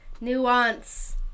Nuance